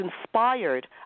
inspired